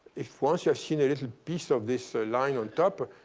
if once you've seen a little piece of this so line on top,